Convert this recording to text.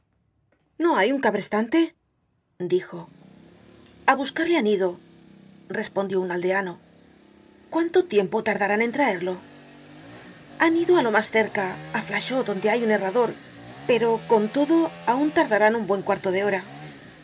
no hay un cabrestante dijo a buscarle han ido respondió un aldeano cuanto tiempo tardarán en traerlo han ido á lo mas cerca á flachot donde hay un herrador pero con todo aun tardarán un buen cuarto de hora un